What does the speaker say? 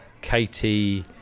Katie